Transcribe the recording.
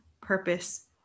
purpose